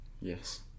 Yes